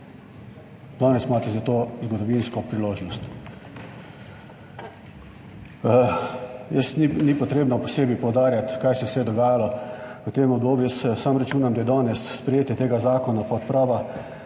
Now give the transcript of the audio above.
Danes imate za to zgodovinsko priložnost. Ni treba posebej poudarjati, kaj se vse je dogajalo v tem obdobju. Jaz samo računam, da je danes sprejetje tega zakona odprava